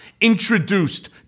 introduced